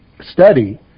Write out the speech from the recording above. study